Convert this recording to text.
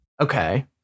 Okay